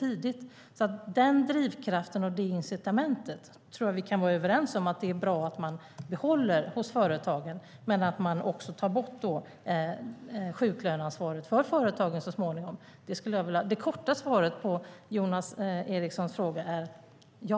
Jag tror att vi kan vara överens om att det är bra att denna drivkraft och detta incitament behålls hos företagen men att man också tar bort sjuklöneansvaret för företagen så småningom. Mitt korta svar på Jonas Erikssons fråga är ja.